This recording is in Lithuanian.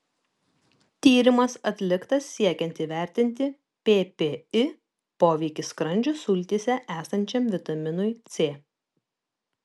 tyrimas atliktas siekiant įvertinti ppi poveikį skrandžio sultyse esančiam vitaminui c